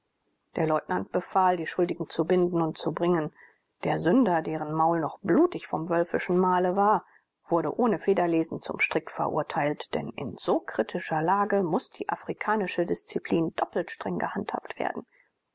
der leutnant befahl die schuldigen zu binden und zu bringen die sünder deren maul noch blutig vom wölfischen mahle war wurden ohne federlesen zum strick verurteilt denn in so kritischer lage muß die afrikanische disziplin doppelt streng gehandhabt werden